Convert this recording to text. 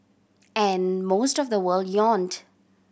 and most of the world yawned